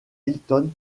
hilton